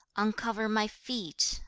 uncover my feet,